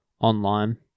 online